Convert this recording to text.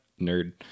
Nerd